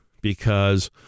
because-